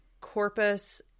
corpus